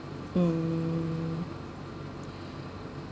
um